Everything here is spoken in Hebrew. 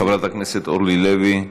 חברת הכנסת אורלי לוי,